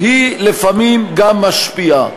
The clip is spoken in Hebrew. לפעמים היא גם משפיעה,